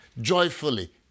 joyfully